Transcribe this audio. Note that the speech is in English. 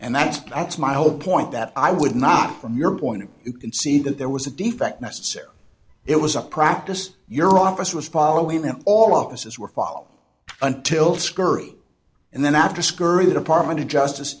and that's that's my whole point that i would not from your point of you can see that there was a defect necessarily it was a practice your office was following them all offices were followed until scurry and then after scurry the department of justice